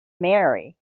marry